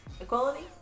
equality